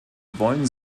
wollen